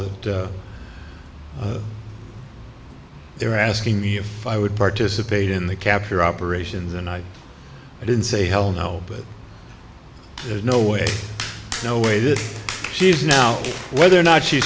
that they were asking me if i would participate in the capture operations and i didn't say hell no but there's no way no way that she's now whether or not she